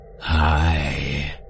Hi